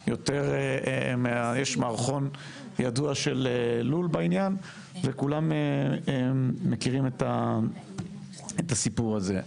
יש מערכון ידוע של לול בעניין וכולם מכירים את הסיפור הזה.